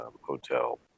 hotel